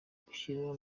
gushyira